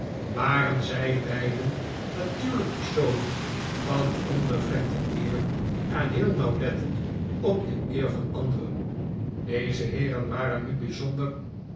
waren zij beiden natuurlijk personen van onbevlekte eer en heel nauwlettend op de eer van anderen deze heeren waren nu bij